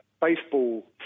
baseball